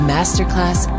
Masterclass